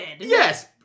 yes